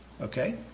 Okay